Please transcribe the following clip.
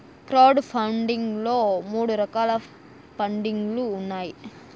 crowd funding లో మూడు రకాల పండింగ్ లు ఉన్నాయి